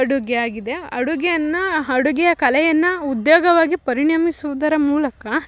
ಅಡುಗೆಯಾಗಿದೆ ಅಡುಗೆಯನ್ನು ಅಡುಗೆಯ ಕಲೆಯನ್ನು ಉದ್ಯೋಗವಾಗಿ ಪರಿಣಮಿಸುವುದರ ಮೂಲಕ